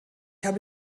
habe